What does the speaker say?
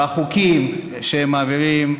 והחוקים שהם מעבירים,